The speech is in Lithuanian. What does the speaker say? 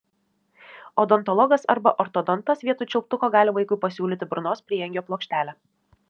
odontologas arba ortodontas vietoj čiulptuko gali vaikui pasiūlyti burnos prieangio plokštelę